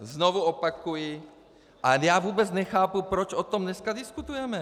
Znovu opakuji, já vůbec nechápu, proč o tom dneska diskutujeme.